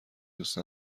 دوست